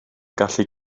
gallu